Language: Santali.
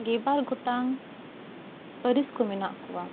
ᱜᱮᱵᱟᱨ ᱜᱚᱴᱟᱝ ᱯᱟᱹᱨᱤᱥ ᱠᱚ ᱢᱮᱱᱟᱜ ᱠᱚᱣᱟ